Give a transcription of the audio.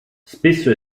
spesso